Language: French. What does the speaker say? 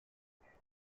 revenus